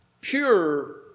pure